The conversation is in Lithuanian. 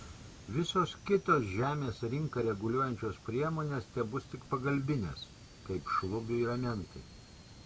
visos kitos žemės rinką reguliuojančios priemonės tebus tik pagalbinės kaip šlubiui ramentai